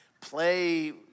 play